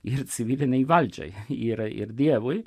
ir civilinei valdžiai ir ir dievui